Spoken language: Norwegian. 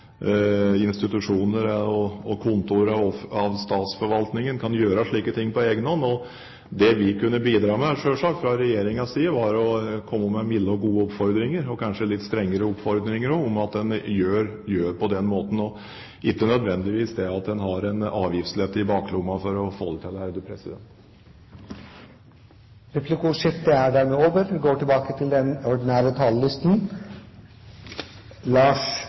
institusjoner og kontorer i statsforvaltningen kan gjøre av slike ting på egen hånd. Det vi fra regjeringens side selvsagt kunne bidratt med, var å komme med milde og gode oppfordringer, og kanskje også litt strengere oppfordringer, om å gjøre det på denne måten – en behøver ikke nødvendigvis ha en avgiftslette i baklomma for å få det til. Replikkordskiftet er dermed over.